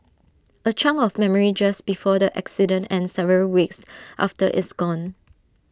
A chunk of memory just before the accident and several weeks after is gone